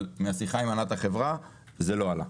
אבל מהשיחה עם הנהלת החברה זה לא עלה.